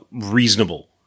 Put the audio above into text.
Reasonable